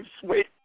sweet